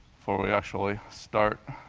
before we actually start?